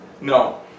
no